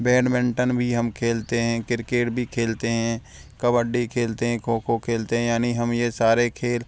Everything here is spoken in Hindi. बैडमिंटन भी हम खेलते हैं क्रिकेट भी खेलते हैं कबड्डी खेलते हैं खो खो खेलते हैं यानी हम ये सारे खेल